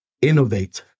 innovate